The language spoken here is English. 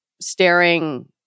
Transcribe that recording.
staring